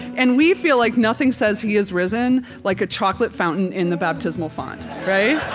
and we feel like nothing says he is risen like a chocolate fountain in the baptismal font, right?